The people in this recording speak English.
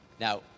Now